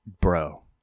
Bro